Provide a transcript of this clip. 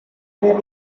del